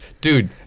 Dude